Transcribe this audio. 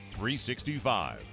365